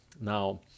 Now